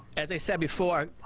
as i said before,